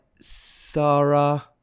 sarah